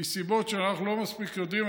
מסיבות שאנחנו לא מספיק יודעים,